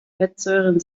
fettsäuren